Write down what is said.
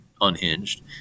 unhinged